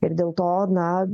ir dėl to na